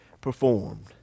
performed